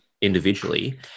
individually